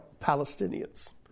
Palestinians